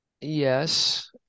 Yes